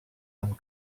amb